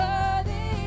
Worthy